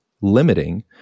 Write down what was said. limiting